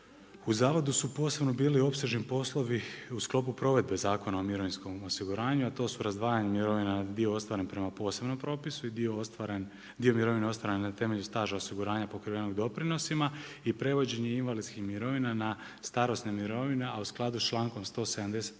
U zavodu su posebno bili opsežni poslovi u sklopu provedbe Zakona o mirovinskom osiguranju a to su razdvajanje mirovine dio ostvaren prema posebnom propisu i dio ostvaren, dio mirovina ostvaren na temelju staža osiguranja pokrivenog doprinosima i prevođenje invalidskih mirovina na starosne mirovine a u skladu s člankom 175.